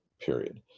period